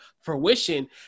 fruition